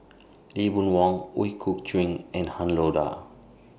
Lee Boon Wang Ooi Kok Chuen and Han Lao DA